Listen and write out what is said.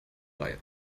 reihe